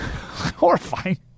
Horrifying